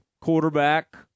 quarterback